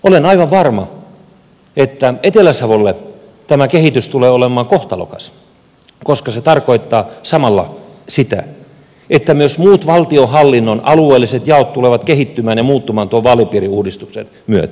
olen aivan varma että etelä savolle tämä kehitys tulee olemaan kohtalokas koska se tarkoittaa samalla sitä että myös muut valtionhallinnon alueelliset jaot tulevat kehittymään ja muuttumaan tuon vaalipiiriuudistuksen myötä